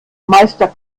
meister